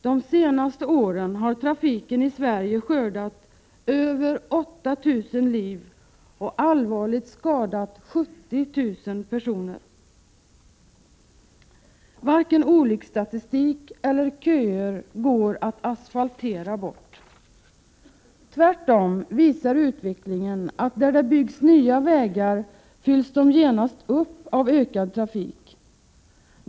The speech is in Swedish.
De senaste åren har trafiken i Sverige skördat över 8 000 liv och allvarligt skadat 70 000 personer. Varken olycksstatistik eller köer går att asfaltera bort. Tvärtom visar utvecklingen att när det byggs nya vägar fylls de genast upp av ökad trafik.